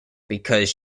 because